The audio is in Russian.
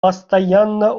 постоянно